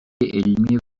علمی